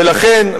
ולכן,